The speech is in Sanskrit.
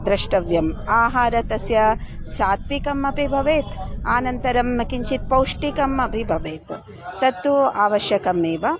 द्रष्टव्यम् आहारः तस्य सात्त्विकम् अपि भवेत् अनन्तरं किञ्चित् पौष्टिकम् अपि भवेत् तत्तु आवश्यकमेव